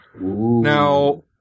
Now